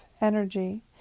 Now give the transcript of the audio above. energy